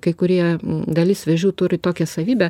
kai kurie dalis vėžių turi tokią savybę